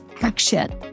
action